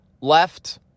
left